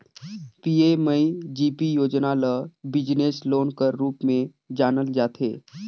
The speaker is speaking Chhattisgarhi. पीएमईजीपी योजना ल बिजनेस लोन कर रूप में जानल जाथे